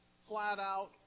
flat-out